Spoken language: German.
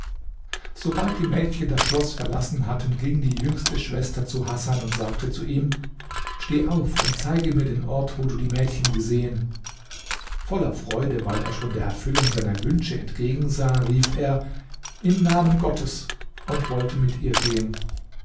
sobald die mädchen das schloß verlassen hatten ging die jüngste schwester zu hasan und sagte ihm steh auf und zeige mir den ort wo du die mädchen gesehen voller freude weil er schon der erfüllung seiner wünsche entgegensah rief er im namen gottes und wollte mit ihr gehen